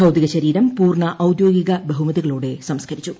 ഭൌതികശരീരം പൂർണ്ണ ഔദ്യോഗിക ബഹുമതികളോടെ സംസ്ക്കരിച്ചു